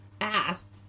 ass